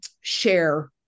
share